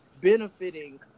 benefiting